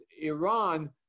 Iran